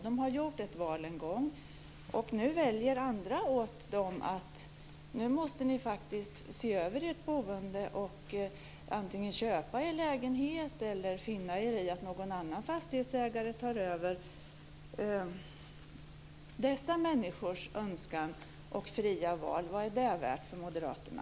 De har gjort ett val en gång, men nu väljer andra åt dem och säger: Nu måste ni faktiskt se över ert boende och antingen köpa er lägenhet eller finna er i att någon annan fastighetsägare tar över! Vad är dessa människors önskan och fria val värt för Moderaterna?